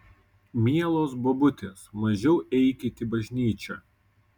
mielos bobutės mažiau eikit į bažnyčią